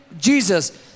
Jesus